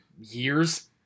years